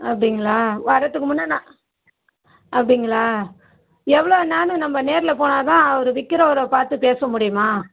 அப்படிங்களா வரத்துக்கு முன்னே நான் அப்படிங்களா எவ்வளோ என்னான்று நம்ம நேரில் போனால்தான் அவர் விக்கிறவரை பார்த்து பேசமுடியுமா